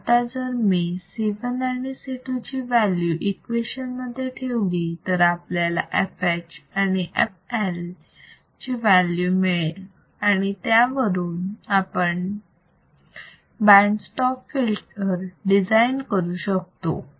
आता जर मी C1 आणि C2 ची व्हॅल्यू इक्वेशन मध्ये ठेवली तर आपल्याला fH and fL ची व्हॅल्यू मिळेल आणि त्यावरून आपण बँड स्टॉप फिल्टर डिझाईन करू शकतो